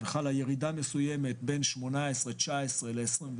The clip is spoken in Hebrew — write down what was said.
וחלה ירידה מסוימת בין 2018, 2019 ל-2021.